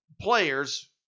players